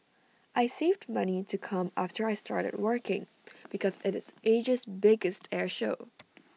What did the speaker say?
I saved money to come after I started working because IT is Asia's biggest air show